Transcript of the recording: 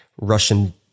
Russian